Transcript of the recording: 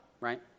right